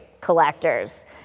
collectors